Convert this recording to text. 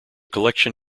collection